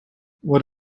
what